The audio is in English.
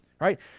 right